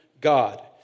God